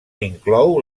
inclou